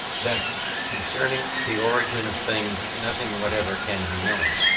that concerning the origin of things nothing whatever can be known.